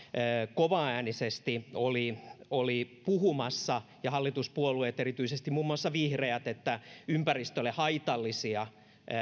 kovaäänisesti oli oli puhumassa siitä ja hallituspuolueet erityisesti muun muassa vihreät että ympäristölle haitallisia